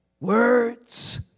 words